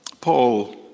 Paul